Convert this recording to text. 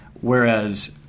Whereas